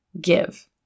Give